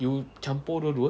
you campur dua dua